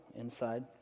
inside